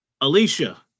Alicia